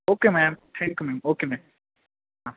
okay ma'am thank you ma'am okay ma'am हां